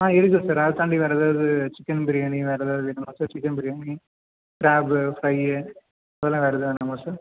ஆ இருக்குது சார் அதை தாண்டி வேறு ஏதாவது சிக்கன் பிரியாணி வேறு ஏதாவது சிக்கன் பிரியாணி கிராப்பு ஃபிரை இதெல்லாம் வேறு எதாவது வேணுமா சார்